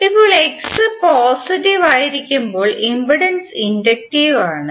ഇപ്പോൾ X positive ആയിരിക്കുമ്പോൾ impedance inductive ആണ്